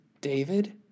David